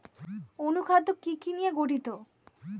অনুখাদ্য কি কি নিয়ে গঠিত?